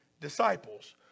disciples